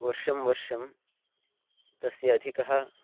वर्षं वर्षं तस्य अधिकः